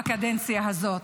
בקדנציה הזאת.